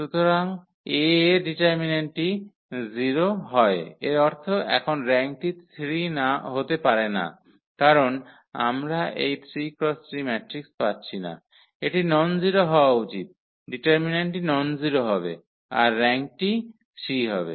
সুতরাং A এর ডিটারমিন্যান্টটি 0 হয় এর অর্থ এখন র্যাঙ্কটি 3 হতে পারে না কারণ আমরা এই 3 × 3 ম্যাট্রিক্স পাচ্ছি না এটি ননজিরো হওয়া উচিত ডিটারমিন্যান্টটি ননজারো হবে আর র্যাঙ্কটি 3 হবে